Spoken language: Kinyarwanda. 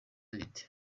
bite